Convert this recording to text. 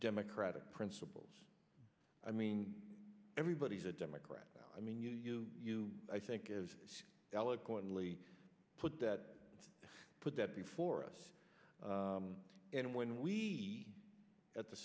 democratic principles i mean everybody's a democrat i mean you you you i think as eloquently put that put that before us and when we at the